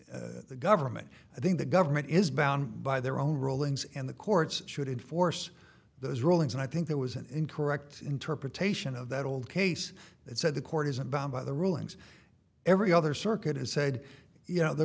the the government i think the government is bound by their own rulings and the courts should enforce those rulings and i think that was an incorrect interpretation of that old case that said the court isn't bound by the rulings every other circuit has said y